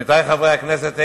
עמיתי חברי הכנסת,